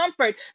comfort